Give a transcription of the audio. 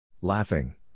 Laughing